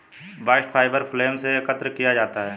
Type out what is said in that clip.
bast fibre phloem से एकत्र किया जाता है